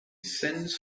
sends